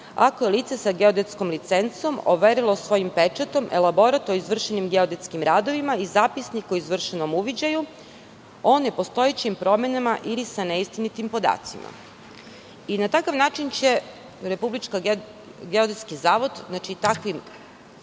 ako je lice sa geodetskom licencom overilo svojim pečatom elaborat o izvršenim geodetskim radovima i zapisnik o izvršenom uviđaju o nepostojećim promenama ili sa neistinitim podacima. Na takav način će RGZ takvim